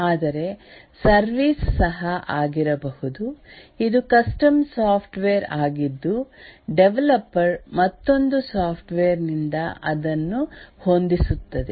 ಆದರೆ ಸರ್ವಿಸ್ ಸಹ ಆಗಿರಬಹುದು ಇದು ಕಸ್ಟಮ್ ಸಾಫ್ಟ್ವೇರ್ ಆಗಿದ್ದು ಡೆವಲಪರ್ ಮತ್ತೊಂದು ಸಾಫ್ಟ್ವೇರ್ನಿಂದ ಅದನ್ನು ಹೊಂದಿಸುತ್ತದೆ